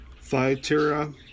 Thyatira